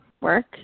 work